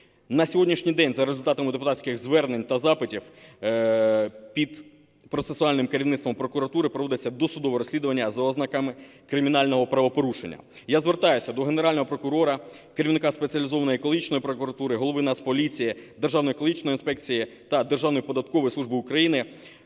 На сьогоднішній день за результатами депутатських звернень та запитів під процесуальним керівництвом прокуратури проводиться досудове розслідування з ознаками кримінального правопорушення. Я звертаюся до Генерального прокурора, керівника Спеціалізованої екологічної прокуратури, Голови Нацполіції, Державної екологічної інспекції та Державної податкової служби України,